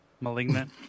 Malignant